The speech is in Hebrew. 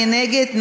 מי נגד?